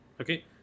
Okay